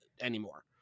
anymore